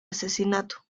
asesinato